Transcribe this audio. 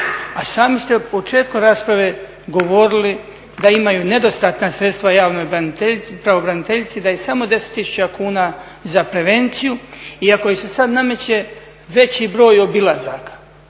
A sami ste u početku rasprave govorili da imaju nedostatna sredstva … pravobraniteljici, da ih samo 10 tisuća kuna za prevenciju i ako ih se sada nameće veći je broj obilazaka.